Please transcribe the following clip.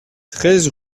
treize